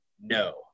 No